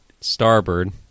starboard